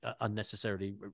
unnecessarily